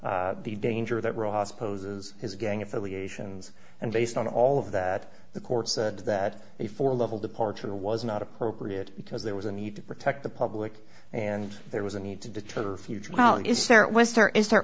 the danger that ross poses is gang affiliations and based on all of that the court said that before a level departure was not appropriate because there was a need to protect the public and there was a need to deter future well is there